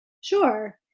Sure